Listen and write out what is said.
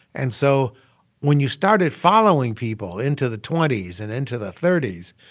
and so when you started following people into the twenty s and into the thirty s,